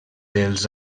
dels